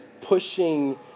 pushing